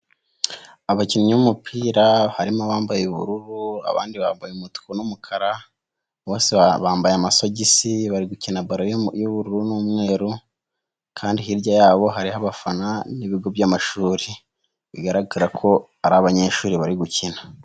Abakinnyi b'umupira harimo bambaye ubururu abandi bambaye umutuku n'umukara, bose amasogisi bari gukina ballo y'ubururu n'umweru kandi hirya yabo hariyo abafana n'ibigo by'amashuri bigaragara ko ari abanyeshuri bari gukina.